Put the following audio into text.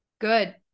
good